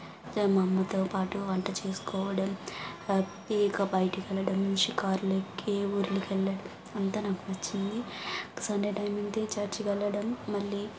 మా అమ్మతో పాటు వంట చేసుకోవడం ఏక బయటకెళ్లడం షికార్లకి ఊర్లకి వెళ్ళడడం అంత నాకు నచ్చింది సండే టైమ్ అయితే చర్చ్కెళ్లడం మళ్ళీ